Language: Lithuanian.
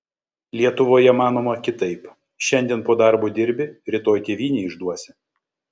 lietuvoje manoma kitaip šiandien po darbo dirbi rytoj tėvynę išduosi